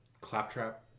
Claptrap